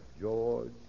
George